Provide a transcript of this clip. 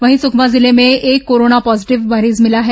वहीं सुकमा जिले में एक कोरोना पॉजीटिव मरीज मिला है